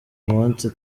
munsi